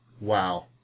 Wow